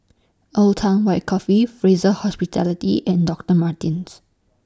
Old Town White Coffee Fraser Hospitality and Doctor Martens